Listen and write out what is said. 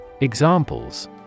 Examples